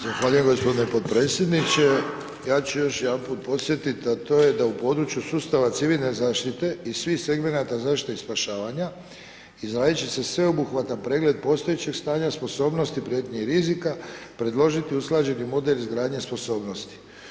Zahvaljujem gospodine podpredsjedniče, ja ću još jedanput podsjetiti, a to je da u području sustava civilne zaštite i svih segmenata zaštite i spašavanja izradit će se sveobuhvatan pregled postojećeg stanja sposobnosti prijetnji i rizika, predložiti usklađeni model izgradnje sposobnosti.